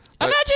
Imagine